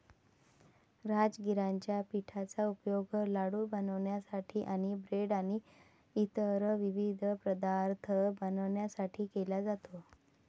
राजगिराच्या पिठाचा उपयोग लाडू बनवण्यासाठी आणि ब्रेड आणि इतर विविध पदार्थ बनवण्यासाठी केला जातो